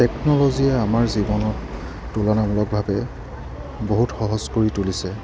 টেকন'লজীয়ে আমাৰ জীৱনত তুলনামূলকভাৱে বহুত সহজ কৰি তুলিছে